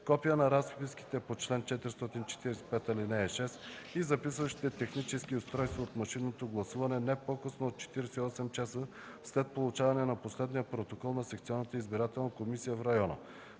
копия на разписките по чл. 445, ал. 6 и записващите технически устройства от машинното гласуване не по-късно от 48 часа след получаване на последния протокол на секционна избирателна комисия в района.